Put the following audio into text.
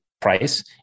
price